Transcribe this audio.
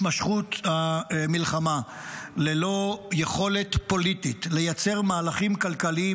התמשכות המלחמה ללא יכולת פוליטית לייצר מהלכים כלכליים